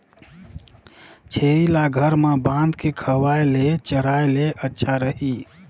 छेरी ल घर म बांध के खवाय ले चराय ले अच्छा रही?